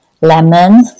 lemon